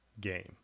game